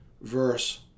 verse